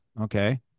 Okay